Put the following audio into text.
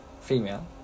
female